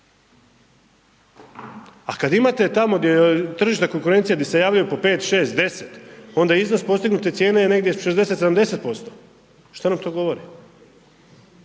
A kad imate tamo gdje je tržišna konkurencija, gdje se javljaju po 5, 6, 10 onda iznos postignute cijene je negdje 60, 70%. Šta nam to govori?